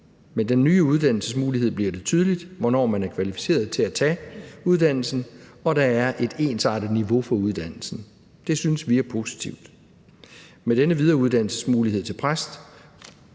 Med den nye uddannelsesmulighed bliver det tydeligt, hvornår man er kvalificeret til at tage uddannelsen, og der er et ensartet niveau for uddannelsen. Det synes vi er positivt. Med denne mulighed for videreuddannelse til præst